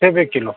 सेब एक किलो